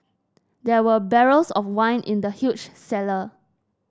there were barrels of wine in the huge cellar